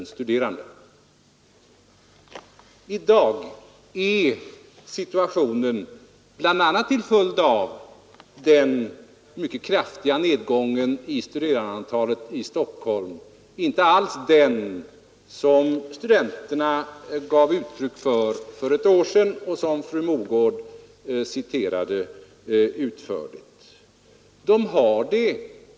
I dag är situationen — bl.a. som 13 december 1972. en följd av den mycket kraftiga nedgången i studentantalet här i Stockholm — inte alls den som studenterna för ett år sedan befarade att den skulle bli och som fru Mogård här utförligt citerade.